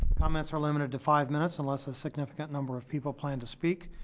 comments are limited to five minutes unless a significant number of people plan to speak.